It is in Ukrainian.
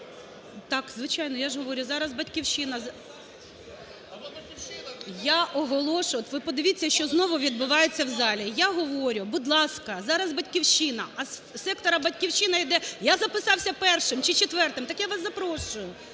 Так, звичайно, я ж говорю, зараз "Батьківщина"… (Шум у залі) Я оголошую… От ви подивіться, що знову відбувається у залі. Я говорю: будь ласка, зараз "Батьківщина". А із сектору "Батьківщини" іде: я записався першим чи четвертим. Так я вас запрошую.